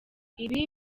ibi